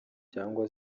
cyangwa